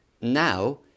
Now